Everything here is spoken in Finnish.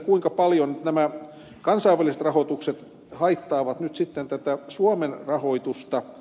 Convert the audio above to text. kuinka paljon nämä kansainväliset rahoitukset haittaavat nyt sitten tätä suomen rahoitusta